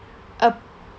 a